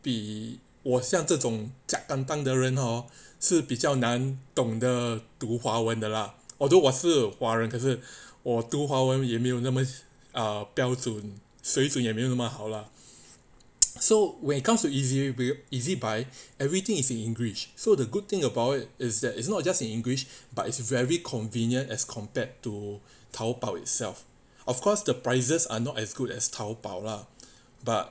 比我像这种假淡淡的人 hor 是比较难懂的读华文文的 lah although 我是华人可是我读华文也没有那么标准水准也没有那么好 lah so when it comes to easily with ezbuy everything is in english so the good thing about it is that it's not just in english but it's very convenient as compared to 淘宝 itself of course the prices are not as good as 淘宝 lah but